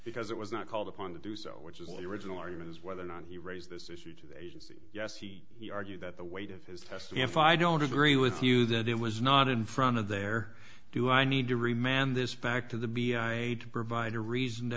because it was not called upon to do so which is the original argument is whether or not he raised this issue to the agency yes he argued that the weight of his test if i don't agree with you that it was not in front of there do i need to re man this back to the b i made to provide a reason t